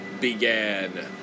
began